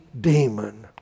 demon